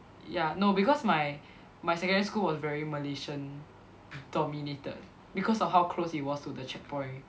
ya no because my my secondary school was very Malaysian dominated because of how close it was to the checkpoint